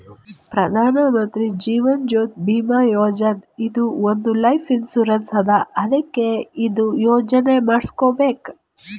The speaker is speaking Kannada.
ಪ್ರಧಾನ್ ಮಂತ್ರಿ ಜೀವನ್ ಜ್ಯೋತಿ ಭೀಮಾ ಯೋಜನಾ ಇದು ಒಂದ್ ಲೈಫ್ ಇನ್ಸೂರೆನ್ಸ್ ಅದಾ ಅದ್ಕ ಇದು ಯೋಜನಾ ಮಾಡುಸ್ಕೊಬೇಕ್